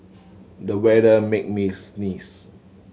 the weather made me sneeze